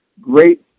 great